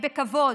בכבוד.